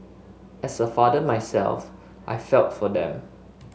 as a father myself I felt for them